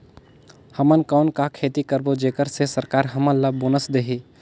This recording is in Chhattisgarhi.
हमन कौन का खेती करबो जेकर से सरकार हमन ला बोनस देही?